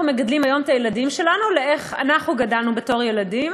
מגדלים היום את הילדים שלנו לאיך אנחנו גדלנו בתור ילדים.